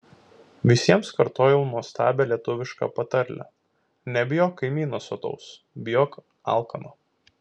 visiems kartojau nuostabią lietuvišką patarlę nebijok kaimyno sotaus bijok alkano